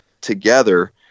together